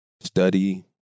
study